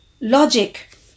logic